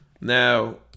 Now